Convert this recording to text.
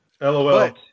LOL